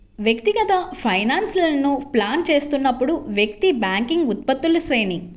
వ్యక్తిగత ఫైనాన్స్లను ప్లాన్ చేస్తున్నప్పుడు, వ్యక్తి బ్యాంకింగ్ ఉత్పత్తుల శ్రేణి